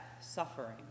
suffering